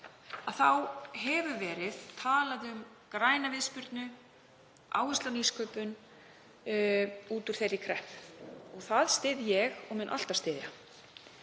hefur verið talað um græna viðspyrnu og áherslu á nýsköpun út úr þeirri kreppu. Það styð ég og mun alltaf styðja.